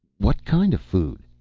what kind of food?